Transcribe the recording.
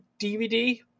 DVD